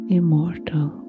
immortal